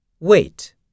Wait